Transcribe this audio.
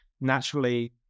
naturally